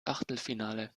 achtelfinale